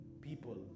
people